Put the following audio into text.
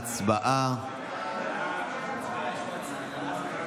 אין נמנעים.